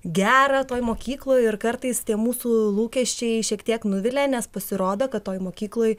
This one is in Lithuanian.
gera toj mokykloj ir kartais tie mūsų lūkesčiai šiek tiek nuvilia nes pasirodo kad toj mokykloj